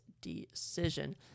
decision